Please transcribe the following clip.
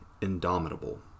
indomitable